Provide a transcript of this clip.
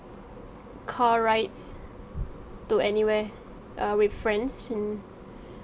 car rides to anywhere uh with friends and